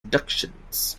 productions